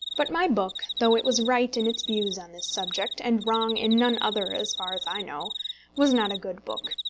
but my book, though it was right in its views on this subject and wrong in none other as far as i know was not a good book.